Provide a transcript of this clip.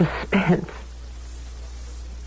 suspense